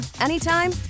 anytime